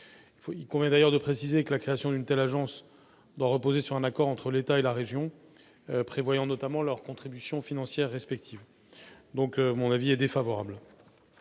Il convient de préciser que la création d'une telle agence doit reposer sur un accord entre l'État et la région prévoyant, notamment, leurs contributions financières respectives. Mon avis est donc défavorable.